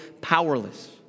powerless